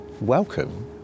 welcome